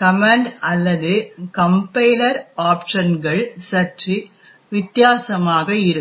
command அல்லது compiler ஆப்ஷன்கள் சற்று வித்தியாசமாக இருக்கும்